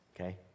Okay